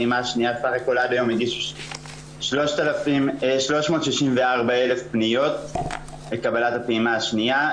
סך הכול עד היום הגישו 364,000 פניות לקבלת הפעימה השנייה.